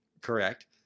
Correct